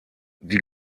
die